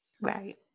Right